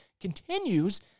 continues